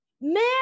Man